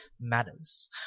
matters